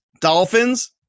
Dolphins